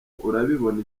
urabibona